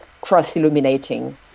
cross-illuminating